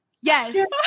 Yes